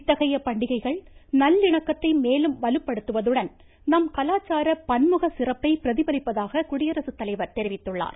இத்தகைய பண்டிகைகள் நல்லிணக்கத்தை மேலும் வலுப்படுத்துவதுடன் நம் கலாச்சார பன்முக சிறப்பை பிரதிபலிப்பதாக குடியரசுத் தலைவர் தெரிவித்துள்ளார்